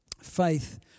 Faith